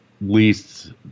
least